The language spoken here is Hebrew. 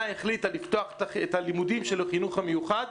החליטה לפתוח את הלימודים של החינוך המיוחד,